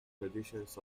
traditions